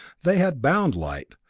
they had bound light,